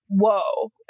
whoa